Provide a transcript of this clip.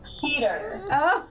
Peter